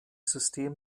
system